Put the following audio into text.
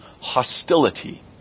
hostility